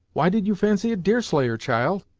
why did you fancy it deerslayer, child?